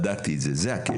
ובדקתי את זה, וזה הקשר.